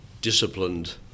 disciplined